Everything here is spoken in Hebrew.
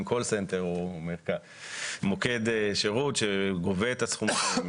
call center או מוקד שירות שגובה את הסכומים,